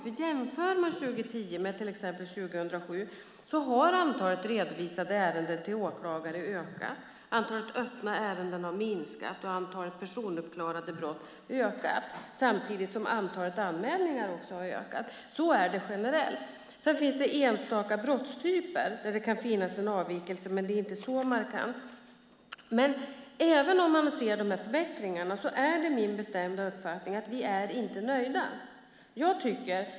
Om man jämför 2010 med 2007 ser man att antalet redovisade ärenden till åklagare har ökat, antalet öppna ärenden har minskat och antalet personuppklarade brott har ökat. Samtidigt har antalet anmälningar ökat. Så är det generellt. Sedan finns det enstaka brottstyper där det kan vara en avvikelse, men det är inte så markant. Även om vi nu ser dessa förbättringar är det min bestämda uppfattning att vi inte är nöjda.